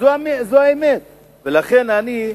זאת האמת, ולכן אני,